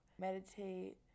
Meditate